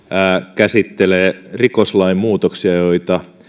käsittelee rikoslain muutoksia joita